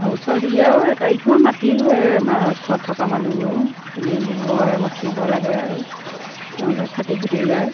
আৰু ওচৰ চুবুৰীয়াও আটাই কেইঘৰ মাটি ঘৰেই আমাৰ ওচৰত থকা মানুহবোৰৰো খালী গোবৰে মচিব লাগে আৰু নহ'লে ফাটি ফাটি যায়